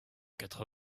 quatre